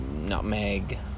nutmeg